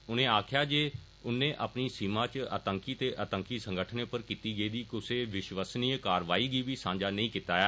उर्ने आक्खेया जे उन्नै अपनी सीमा इच आतंकी ते आतंकी संगठनें पर कीती गेदी कुसै विश्वसनीय कारवाई गी बी सांझा नेईं कीता ऐ